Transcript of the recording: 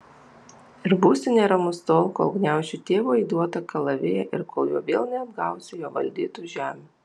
ir būsiu neramus tol kol gniaušiu tėvo įduotą kalaviją ir kol juo vėl neatgausiu jo valdytų žemių